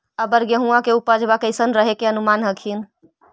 अबर गेहुमा के उपजबा कैसन रहे के अनुमान हखिन?